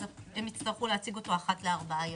הם יצטרכו להציגו אחת לארבעה ימים.